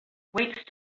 wait